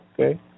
okay